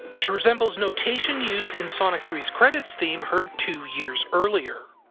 which resembles notation used in sonic three s credits theme heard two years earlier.